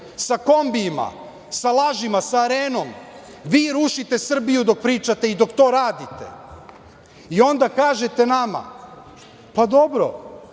sa kombijima, sa lažima, sa Arenom, vi rušite Srbiju dok pričate i dok to radite. Onda kažete nama, pa, dobro,